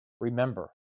remember